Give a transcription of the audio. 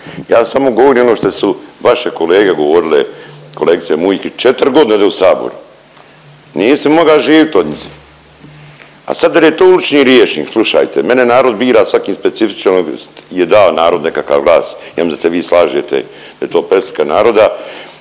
Ja samo govorim ono što su vaše kolege govorile kolegice Mujkić 4.g. ovdje u saboru, nije se moglo život od njijzi. A sad dal je to ulični rječnik, slušajte, mene narod bira, svaku specifičnost je dao narod nekakvu vlast, ja mislim da se vi slažete da je to preslika naroda